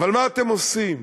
אבל מה אתם עושים?